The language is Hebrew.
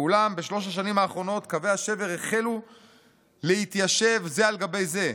"ואולם בשלוש השנים האחרונות קווי השבר החלו להתיישב זה על גבי זה.